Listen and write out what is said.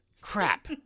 Crap